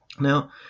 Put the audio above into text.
now